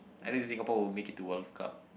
I think Singapore won't make it World Cup